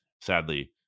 sadly